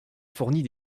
fournit